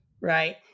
Right